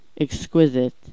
Exquisite